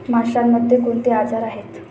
माशांमध्ये कोणते आजार आहेत?